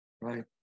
right